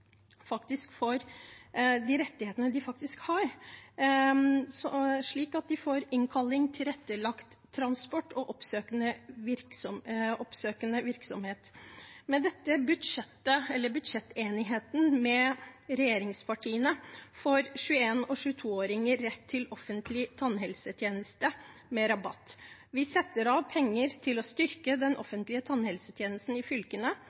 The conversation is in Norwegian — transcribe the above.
de rettighetene de faktisk har, slik at de får innkalling, tilrettelagt transport og oppsøkende virksomhet. Med budsjettenigheten med regjeringspartiene får 21- og 22-åringer rett til offentlig tannhelsetjeneste med rabatt. Vi setter av penger til å styrke den offentlige tannhelsetjenesten i fylkene.